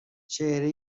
چهره